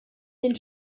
den